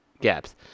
gaps